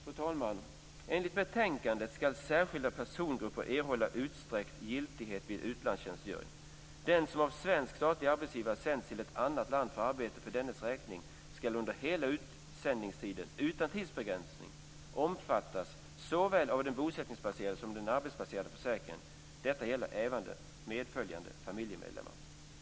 Fru talman! Enligt betänkandet ska särskilda persongrupper omfattas av utsträckt giltighet av socialförsäkringen vid utlandstjänstgöring. Den som av statlig svensk arbetsgivare sänds till ett annat land för arbete för dennes räkning ska under hela utsändningstiden, utan tidsbegränsning, omfattas av såväl den bosättningsbaserade som den arbetsbaserade försäkringen. Detta gäller även medföljande familjemedlemmar.